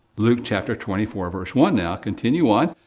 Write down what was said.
luke, chapter twenty four verse one now, continue on,